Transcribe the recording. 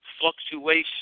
Fluctuation